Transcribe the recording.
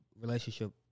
relationship